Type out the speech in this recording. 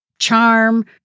charm